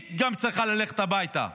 גם היא צריכה ללכת הביתה,